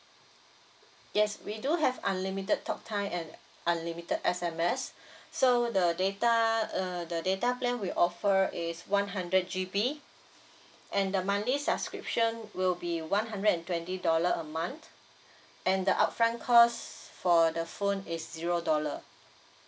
yes we do have unlimited talk time and unlimited S_M_S so the data uh the data plan we offer is one hundred G_B and the monthly subscription will be one hundred and twenty dollar a month and the upfront cost for the phone is zero dollar